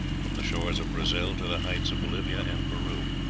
from the shores of brazil to the heights of bolivia and peru,